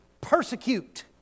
persecute